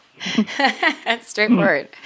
Straightforward